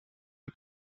and